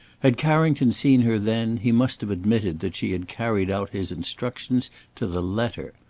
had carrington seen her then he must have admitted that she had carried out his instructions to the letter.